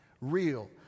real